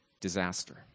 disaster